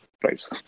price